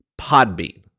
Podbean